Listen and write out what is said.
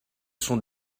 sont